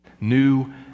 new